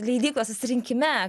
leidyklos susirinkime